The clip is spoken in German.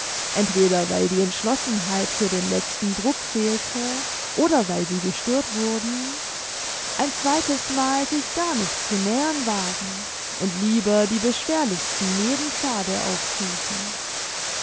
entweder weil die entschlossenheit für den letzten druck fehlte oder weil sie gestört wurden ein zweites mal sich gar nicht zu nähern wagen und lieber die beschwerlichsten nebenpfade aufsuchen